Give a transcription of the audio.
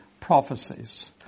prophecies